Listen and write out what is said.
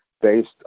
based